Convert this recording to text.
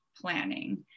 planning